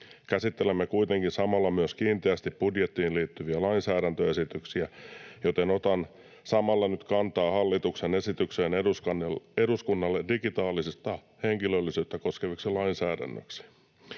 Käsittelemme kuitenkin samalla myös kiinteästi budjettiin liittyviä lainsäädäntöesityksiä, joten otan samalla nyt kantaa hallituksen esitykseen eduskunnalle digitaalista henkilöllisyyttä koskevaksi lainsäädännöksi.